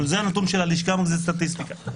זה הנתון של הלשכה המרכזית לסטטיסטיקה.